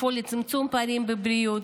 לפעול לצמצום פערים בבריאות.